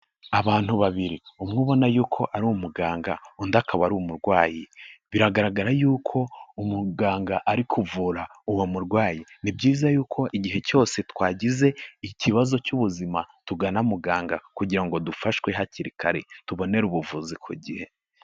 Abantu babiri umwe ubona yuko ari umuganga, undi akaba ari umurwayi, biragaragara yuko umuganga ari kuvura uwo murwayi, ni byiza yuko igihe cyose twagize ikibazo cy'ubuzima, tugana muganga kugira ngo dufashwe hakiri kare tubonere ubuvuzi ku gihe.